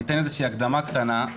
אני אתן הקדמה קטנה.